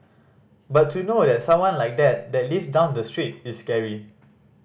but to know that someone like that lives down the street is scary